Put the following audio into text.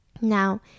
Now